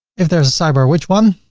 if there's a sidebar which one?